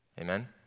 Amen